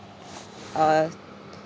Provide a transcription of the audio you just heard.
uh